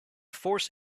force